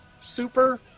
super